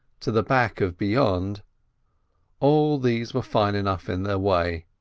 to the back of beyond all these were fine enough in their way,